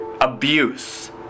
abuse